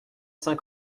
cinq